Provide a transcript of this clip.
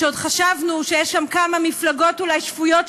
כשעוד חשבנו שיש שם כמה מפלגות אולי שפויות,